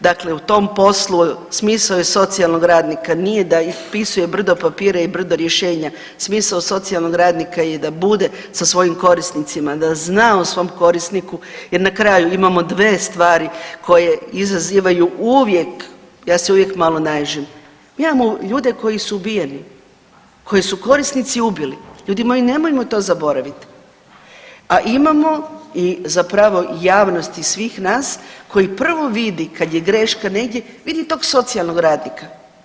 Dakle, u tom poslu smisao je socijalnog radnika nije da ispisuje brdo papira i brdo rješenja, smisao socijalnog radnika je da bude sa svojim korisnicima, da zna o svom korisniku, jer na kraju imamo dve stvari koje izazivaju uvijek, ja se uvijek malo naježim, mi imamo ljude koji su ubijeni, koje su korisnici ubili, ljudi moji nemojmo to zaboravit, a imamo i zapravo javnosti i svih nas koji prvo vidi kad je greška negdje vidi tog socijalnog radnika.